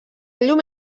llum